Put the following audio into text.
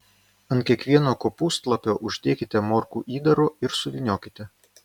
ant kiekvieno kopūstlapio uždėkite morkų įdaro ir suvyniokite